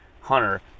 hunter